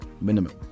minimum